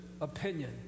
opinion